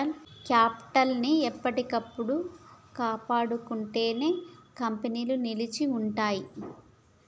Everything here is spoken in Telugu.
కేపిటల్ ని ఎప్పటికప్పుడు కాపాడుకుంటేనే కంపెనీలు నిలిచి ఉంటయ్యి